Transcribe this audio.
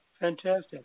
Fantastic